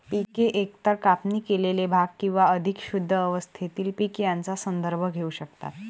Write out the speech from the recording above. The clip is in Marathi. पिके एकतर कापणी केलेले भाग किंवा अधिक शुद्ध अवस्थेतील पीक यांचा संदर्भ घेऊ शकतात